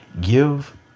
give